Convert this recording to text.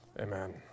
Amen